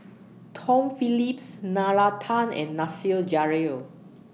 Tom Phillips Nalla Tan and Nasir Jalil